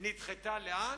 נדחתה לאן?